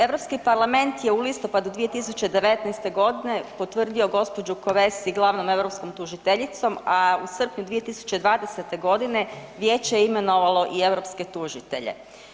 Europski parlament je u listopadu 2019. g. potvrdio gđu. Kövesi glavnom europskom tužiteljicom, a u srpnju 2020. g. Vijeće je imenovalo i europske tužitelje.